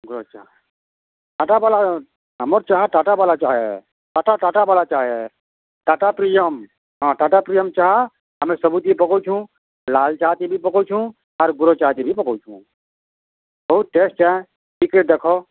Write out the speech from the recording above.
ଗୁର ଚାହା ବୋଲ ଆମର୍ ଚାହା ଟାଟା ବାଲା ଚାହା ହେ ଟାଟା ଟାଟା ବାଲା ଚାହା ଏ ଟାଟା ପ୍ରିମିୟମ୍ ହଁ ଟାଟା ପ୍ରିମିୟମ୍ ଚାହା ଆମେ ସବୁଥି ପକାଉଛୁଁ ଲାଲ୍ ଚାହା ଥିବି ପକାଉଛୁଁ ଆର୍ ଗୁର ଚାହା ଠିବି ପକାଉଛୁଁ ବହୁତ୍ ଟେଷ୍ଟ ଚାହା ଟିକିଏ ଦେଖ